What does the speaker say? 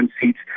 seats